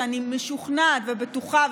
שאני משוכנעת ובטוחה,